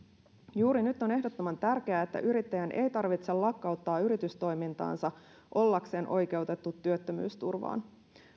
juuri nyt on ehdottoman tärkeää että yrittäjän ei tarvitse lakkauttaa yritystoimintaansa ollakseen oikeutettu työttömyysturvaan